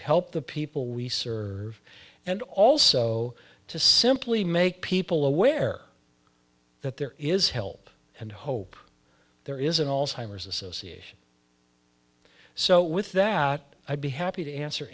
help the people we serve and also to simply make people aware that there is help and hope there is an alzheimer's association so with that i'd be happy to answer